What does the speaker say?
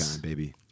baby